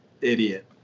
idiot